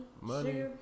Money